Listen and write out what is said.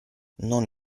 non